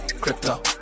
Crypto